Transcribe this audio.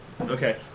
Okay